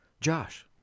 Josh